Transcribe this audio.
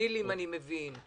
דילים אני מבין,